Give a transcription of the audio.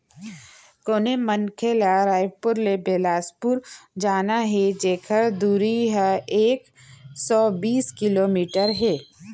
कोनो मनखे ल रइपुर ले बेलासपुर जाना हे जेकर दूरी ह एक सौ बीस किलोमीटर हे